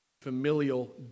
familial